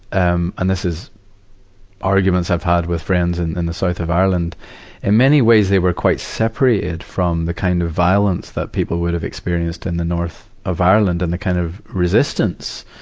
um and this is arguments i've had with friends in, in the south of ireland in many ways they were quite separated from the kind of violence that people would have experienced in the north of ireland and the kind of resistance,